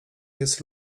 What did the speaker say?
jest